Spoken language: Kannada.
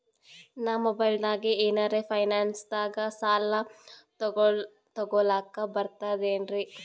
ನಾ ಮೊಬೈಲ್ದಾಗೆ ಏನರ ಫೈನಾನ್ಸದಾಗ ಸಾಲ ತೊಗೊಲಕ ಬರ್ತದೇನ್ರಿ?